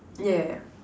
yeah yeah yeah